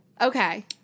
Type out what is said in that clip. okay